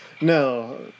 No